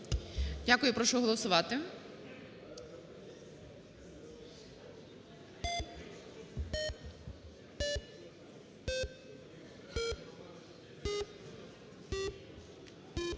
Дякую. Прошу голосувати.